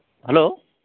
hello